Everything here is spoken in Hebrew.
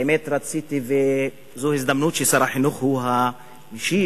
האמת, רציתי, וזו הזדמנות ששר החינוך הוא המשיב,